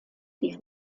die